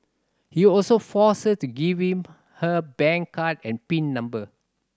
he also forced her to give him her bank card and pin number